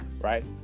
right